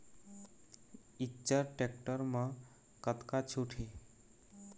Eicher tractor म कतका छूट हे?